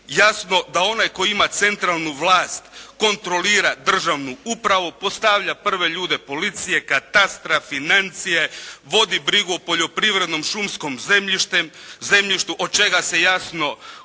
Jasno da onaj tko ima centralnu vlast kontrolira državnu upravu, postavlja prve ljude policije, katastra, financija, vodi brigu o poljoprivrednom, šumskom zemljištu od čega se jasno u